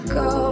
go